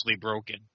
broken